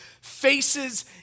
faces